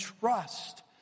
trust